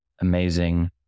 amazing